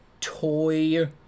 toy